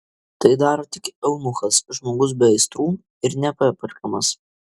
tai daro tik eunuchas žmogus be aistrų ir nepaperkamas